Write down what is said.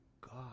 God